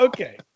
Okay